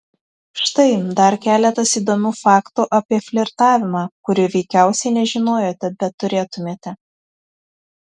štai dar keletas įdomių faktų apie flirtavimą kurių veikiausiai nežinojote bet turėtumėte